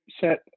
set